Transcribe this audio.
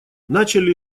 начали